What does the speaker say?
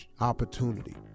opportunity